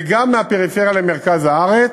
וגם מהפריפריה למרכז הארץ,